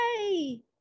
Yay